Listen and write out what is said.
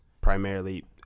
primarily